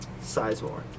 Sizemore